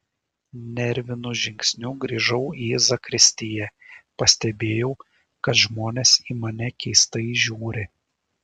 nervinu žingsniu grįžau į zakristiją pastebėjau kad žmonės į mane keistai žiūri